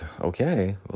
okay